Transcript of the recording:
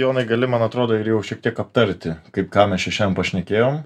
jonai gali man atrodo ir jau šiek tiek aptarti kaip ką mes čia šiandien pašnekėjom